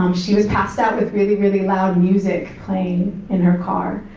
um she was passed out with really, really loud music playing in her car,